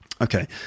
okay